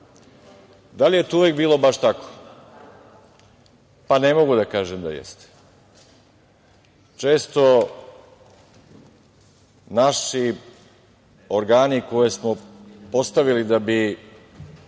li je uvek bilo baš tako? Pa, ne mogu da kažem da jeste. Često naši organi koje smo postavili da bi